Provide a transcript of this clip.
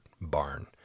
barn